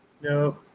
no